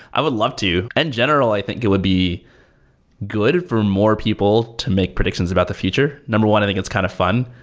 i would love to. in and general, i think it would be good for more people to make predictions about the future. number one, i think it's kind of fun.